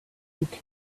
luke